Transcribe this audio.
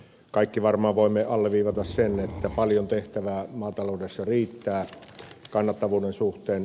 kaikki varmaan voimme alleviivata sen että paljon tehtävää maataloudessa riittää kannattavuuden suhteen